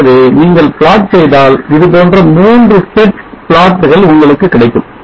ஆகவே நீங்கள் plot செய்தால் இதுபோன்ற 3 sets plot கள் உங்களுக்கு கிடைக்கும்